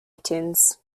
itunes